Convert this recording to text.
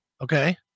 Okay